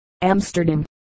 Amsterdam